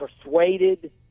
persuaded